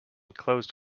closed